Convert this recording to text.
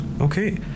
okay